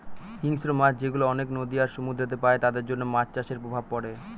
হিংস্র মাছ যেগুলা অনেক নদী আর সমুদ্রেতে পাই তাদের জন্য মাছ চাষের প্রভাব পড়ে